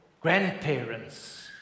grandparents